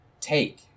take